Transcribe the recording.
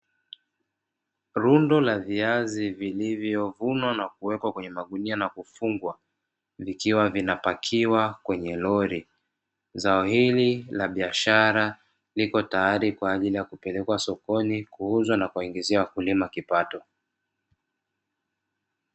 Rundo la viazi lililovunwa na kuwekwa kwenye magunia kufungwa, vikiwa vinapakiwa kwenye lori zao hili la biashara lipo tayari kupelekwa sokoni kuuzwa na kuwaingizia wakulima kipato.